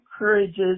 encourages